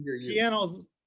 piano's